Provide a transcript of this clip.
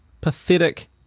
pathetic